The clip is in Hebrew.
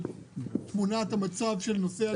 תמונת המצב של נוסעי התחבורה הציבורית.